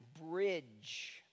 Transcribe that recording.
bridge